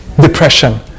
depression